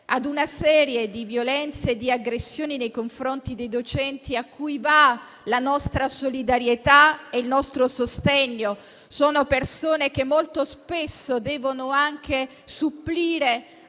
ad una serie di violenze e di aggressioni nei confronti dei docenti, a cui vanno la nostra solidarietà e il nostro sostegno. Sono persone che molto spesso devono supplire